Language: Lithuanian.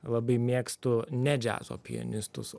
labai mėgstu ne džiazo pianistus